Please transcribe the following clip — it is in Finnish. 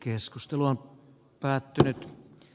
keskustelu on päättynyt